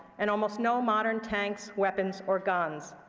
and almost no modern tanks, weapons, or guns.